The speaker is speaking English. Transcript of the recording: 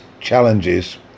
challenges